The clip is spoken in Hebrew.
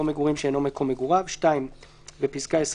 מגורים שאינו מקום מגוריו"; בפסקה (20),